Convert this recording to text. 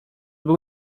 był